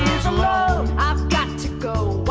i've got to go